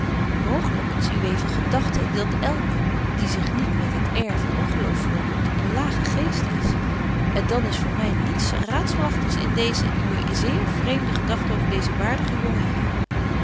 mooglyk is uwé van gedagten dat elk die zich niet met het air van ongeloof voordoet een lagen geest is en dan is voor my niets raadzelagtigs in deeze uwe zeer vreemde gedagten over deezen waardigen